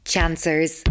Chancers